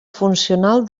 funcional